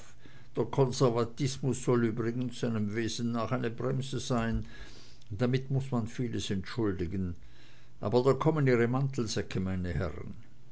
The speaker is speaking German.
der konservatismus soll übrigens seinem wesen nach eine bremse sein damit muß man vieles entschuldigen aber da kommen ihre mantelsäcke meine herren